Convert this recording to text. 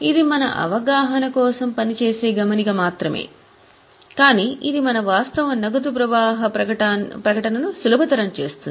ఇది మన అవగాహన కోసం పని చేసే గమనిక మాత్రమే కాని ఇది మన వాస్తవ నగదు ప్రవాహాన్ని సులభతరం చేస్తుంది